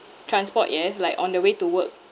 transport yes like on the way to work